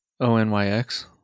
O-N-Y-X